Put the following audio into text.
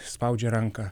spaudžia ranką